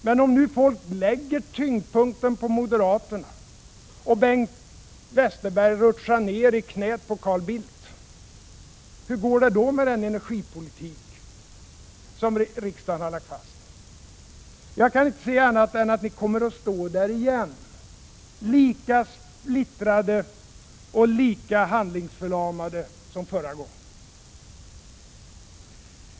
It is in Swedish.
Men om folk nu lägger tyngdpunkten på moderaterna, och Bengt Westerberg rutschar ned i knät på Carl Bildt, hur går det då med den energipolitik riksdagen lagt fast? Jag kan inte se annat än att ni kommer att stå där igen, lika splittrade och lika handlingsförlamade som förra gången.